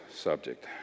subject